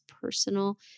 personal